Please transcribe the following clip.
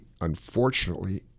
unfortunately